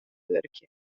wurkje